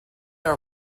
are